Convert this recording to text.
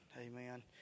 Amen